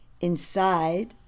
Inside